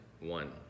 one